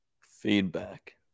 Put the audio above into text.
feedback